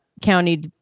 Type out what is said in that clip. County